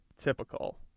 typical